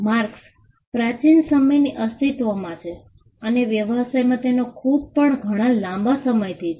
marks પ્રાચીન સમયથી અસ્તિત્વમાં છે અને વ્યવસાયમાં તેનો ઉપયોગ પણ ઘણા લાંબા સમયથી છે